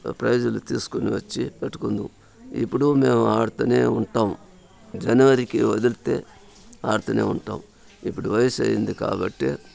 ప్రైజ్లు తీసుకొని వచ్చి పెట్టుకుంటాము ఇప్పుడు మేము ఆడతానే ఉంటాం జనవరికి వదిలితే ఆడతానే ఉంటాం ఇప్పుడు వయసైయ్యింది కాబట్టి